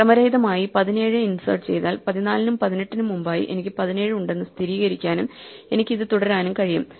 ക്രമരഹിതമായി 17 ഇൻസേർട്ട് ചെയ്താൽ 14 നും 18 നും മുമ്പായി എനിക്ക് 17 ഉണ്ടെന്ന് സ്ഥിരീകരിക്കാനും എനിക്ക് ഇത് തുടരാനും കഴിയും